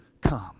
come